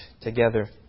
together